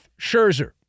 Scherzer